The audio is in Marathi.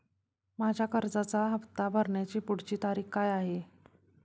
माझ्या कर्जाचा हफ्ता भरण्याची पुढची तारीख काय आहे?